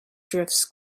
drifts